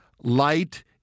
light